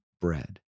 bread